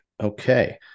Okay